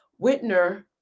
whitner